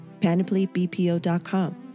PanoplyBPO.com